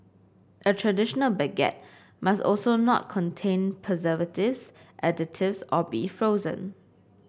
a traditional baguette must also not contain preservatives additives or be frozen